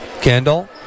Kendall